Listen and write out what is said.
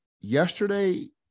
yesterday